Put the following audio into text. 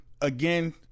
Again